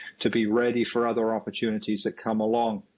to be ready for other opportunities that come along.